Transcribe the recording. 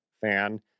fan